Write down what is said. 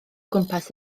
gwmpas